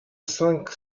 cinq